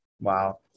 Wow